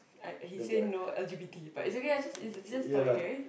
I he say no L_G_B_T but it's okay lah it's just it's just story right